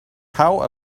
how